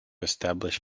establish